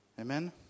Amen